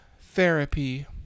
therapy